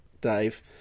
Dave